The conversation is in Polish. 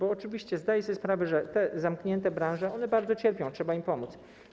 Oczywiście zdaję sobie sprawę, że te zamknięte branże bardzo cierpią, trzeba im pomóc.